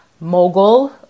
mogul